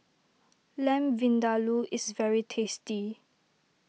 Lamb Vindaloo is very tasty